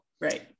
Right